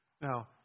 Now